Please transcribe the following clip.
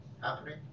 happening